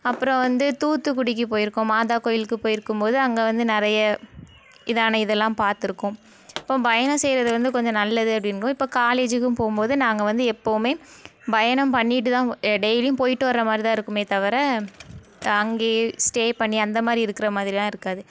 அப்புறோம் வந்து தூத்துக்குடிக்கு போயிருக்கோம் மாதாக் கோயிலுக்கு போயிருக்கும்போது அங்கே வந்து நிறைய இதானே இதெல்லாம் பார்த்துருக்கோம் இப்போ பயணம் செய்யறது வந்து கொஞ்சம் நல்லது அப்படிங்வோம் இப்போ காலேஜிக்கும் போவும்போது நாங்கள் வந்து எப்போவுமே பயணம் பண்ணிவிட்டு தான் டெய்லியும் போயிவிட்டு வர மாதிரி தான் இருக்குமே தவிர அங்கேயே ஸ்டே பண்ணி அந்த மாதிரி இருக்கிற மாதிரி எல்லாம் இருக்காது